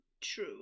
true